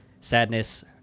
Sadness